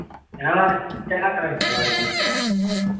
ᱦᱮᱸ ᱢᱟ ᱪᱟᱞᱟᱜ ᱠᱟᱹᱱᱟᱹᱧ ᱫᱚᱦᱚᱭ ᱫᱟᱹᱧ